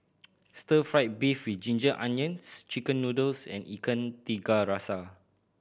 stir fried beef with Ginger Onions Chicken noodles and Ikan Tiga Rasa